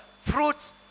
Fruits